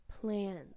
plans